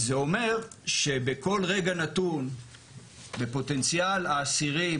זה אומר שבכל רגע נתון בפוטנציאל האסירים